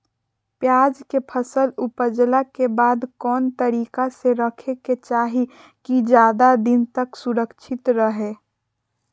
प्याज के फसल ऊपजला के बाद कौन तरीका से रखे के चाही की ज्यादा दिन तक सुरक्षित रहय?